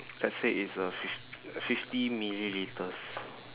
let's say it's a fif~ fifty millilitres